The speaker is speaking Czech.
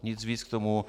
Nic víc k tomu.